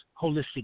holistic